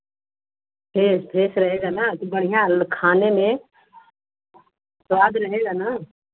fresh fresh रहेगा ना तो बढ़िया खाने में स्वाद रहेगा ना